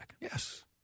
Yes